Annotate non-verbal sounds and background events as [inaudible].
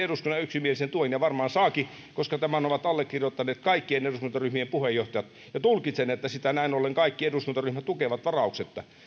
[unintelligible] eduskunnan yksimielisen tuen ja varmaan saakin koska tämän ovat allekirjoittaneet kaikkien eduskuntaryhmien puheenjohtajat ja tulkitsen että sitä näin ollen kaikki eduskuntaryhmät tukevat varauksetta